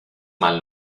mal